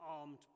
armed